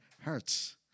hurts